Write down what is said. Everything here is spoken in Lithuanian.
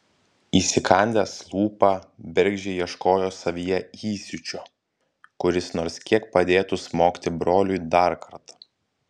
įsikandęs lūpą bergždžiai ieškojo savyje įsiūčio kuris nors kiek padėtų smogti broliui dar kartą